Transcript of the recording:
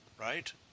right